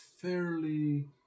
fairly